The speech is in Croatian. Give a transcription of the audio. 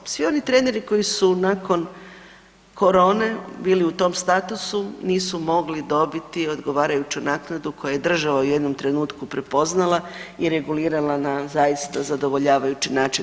Svi oni treneri koji su nakon korone bili u tom statusu nisu mogli dobiti odgovarajuću naknadu koju je država u jednom trenutku prepoznala i regulirala na zaista zadovoljavajući način.